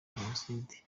jenoside